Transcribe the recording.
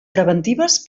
preventives